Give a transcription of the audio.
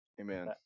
Amen